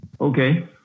Okay